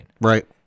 Right